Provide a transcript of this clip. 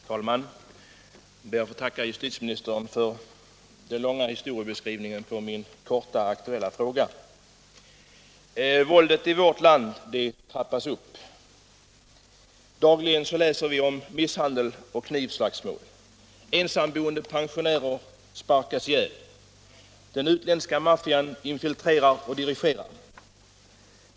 Herr talman! Jag ber att få tacka justitieministern för den långa his toriebeskrivningen i anledning av min korta aktuella fråga. Våldet i vårt land trappas upp. Dagligen läser vi om misshandel och knivslagsmål. Ensamboende pensionärer sparkas ihjäl. Den utländska maffian infiltrerar och dirigerar.